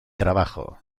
trabajo